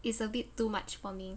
it's a bit too much for me